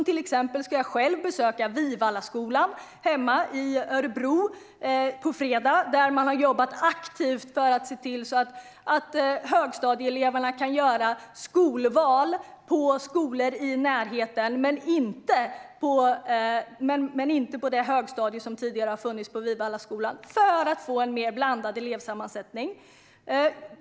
Till exempel ska jag själv besöka Vivallaskolan hemma i Örebro på fredag. Där har man jobbat aktivt för att se till att högstadieeleverna kan göra skolval på skolor i närheten, men inte på det högstadium som tidigare har funnits på Vivallaskolan. Syftet är att få en mer blandad elevsammansättning.